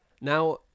Now